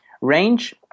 range